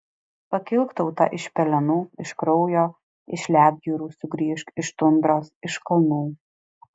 pakilk tauta iš pelenų iš kraujo iš ledjūrių sugrįžk iš tundros iš kalnų